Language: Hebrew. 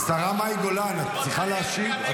השרה מאי גולן, את צריכה להשיב?